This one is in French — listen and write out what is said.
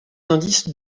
indices